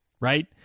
right